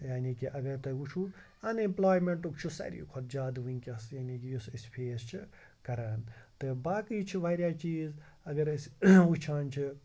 یعنی کہِ اگر تۄہہِ وٕچھو اَن امپلایمٮ۪نٹُک چھُ ساروی کھۄتہٕ زیادٕ وٕنکٮ۪س یعنی کہِ یُس أسۍ فیس چھِ کَران تہٕ باقٕے چھِ واریاہ چیٖز اگر أسۍ وٕچھان چھِ